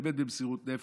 באמת במסירות נפש,